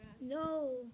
No